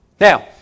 Now